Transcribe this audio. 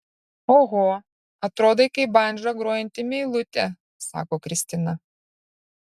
oho atrodai kaip bandža grojanti meilutė sako kristina